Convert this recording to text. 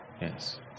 Yes